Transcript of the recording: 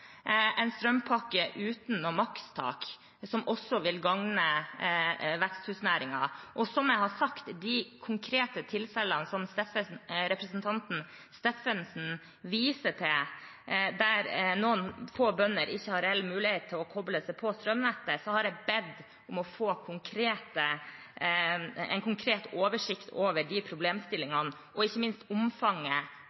en strømpakke uten noe makstak, som også vil gagne veksthusnæringen. Når det gjelder de konkrete tilfellene som representanten Steffensen viser til, der noen få bønder ikke har noen reell mulighet til å koble seg på strømnettet, har jeg som sagt bedt om å få en konkret oversikt over de